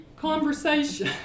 conversation